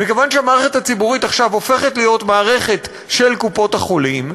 וכיוון שהמערכת הציבורית הופכת להיות מערכת של קופות-החולים,